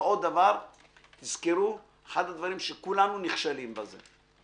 עוד דבר, תזכרו, אחד הדברים שכולנו נכשלים בזה,